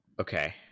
Okay